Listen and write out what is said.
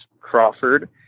Crawford